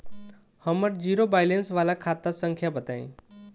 हमर zero balance वाला खाता संख्या बताई?